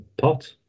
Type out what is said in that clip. pot